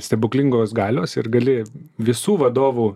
stebuklingos galios ir gali visų vadovų